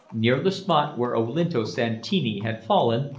near the spot where olinto santini had fallen,